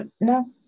No